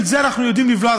את זה אנחנו יודעים לבלוע,